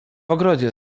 ogrodzie